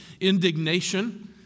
indignation